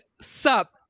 sup